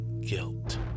guilt